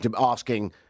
asking